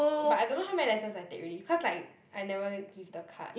but I don't know how many lessons I take already cause like I never give the card